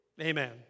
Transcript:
Amen